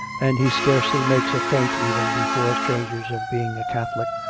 and he scarcely makes a feint even before strangers of being a catholic,